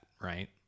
Right